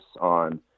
on